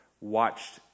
watched